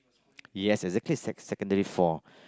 yes exactly sec secondary four